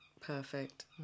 perfect